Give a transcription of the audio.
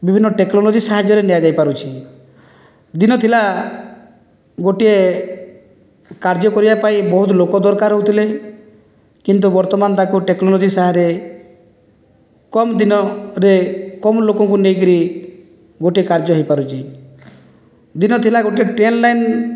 ବିଭିନ୍ନ ଟେକ୍ନୋଲୋଜି ସାହାଯ୍ୟରେ ନିଆଯାଇପାରୁଛି ଦିନ ଥିଲା ଗୋଟିଏ କାର୍ଯ୍ୟ କରିବା ପାଇଁ ବହୁତ ଲୋକ ଦରକାର ହେଉଥିଲେ କିନ୍ତୁ ବର୍ତ୍ତମାନ ତାକୁ ଟେକ୍ନୋଲୋଜି ସାହାରେ କମ୍ ଦିନରେ କମ୍ ଲୋକଙ୍କୁ ନେଇକରି ଗୋଟିଏ କାର୍ଯ୍ୟ ହୋଇପାରୁଛି ଦିନ ଥିଲା ଗୋଟିଏ ଟ୍ରେନ୍ ଲାଇନ୍